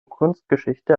kunstgeschichte